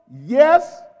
yes